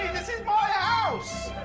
this is my house.